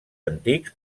antics